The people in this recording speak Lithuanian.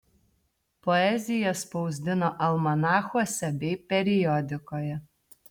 poeziją spausdino almanachuose bei periodikoje